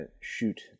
shoot